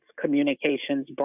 Communications